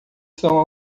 são